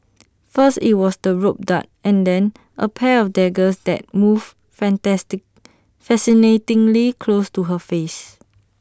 first IT was the rope dart and then A pair of daggers that moved fantastic fascinatingly close to her face